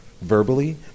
verbally